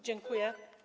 Dziękuję.